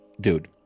dude